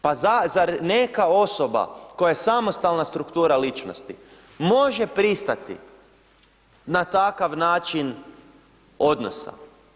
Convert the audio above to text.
Pa zar neka osoba koja je samostalna struktura ličnosti može pristati na takav način odnosa.